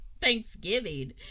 Thanksgiving